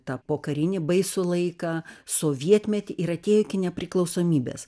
tą pokarinį baisų laiką sovietmetį ir atėjo iki nepriklausomybės